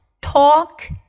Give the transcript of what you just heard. talk